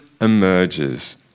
emerges